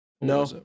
no